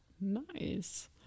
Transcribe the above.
Nice